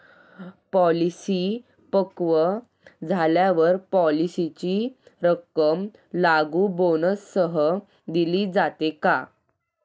Policy पक्व झाल्यावर पॉलिसीची रक्कम लागू बोनससह दिली जाते का?